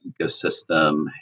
ecosystem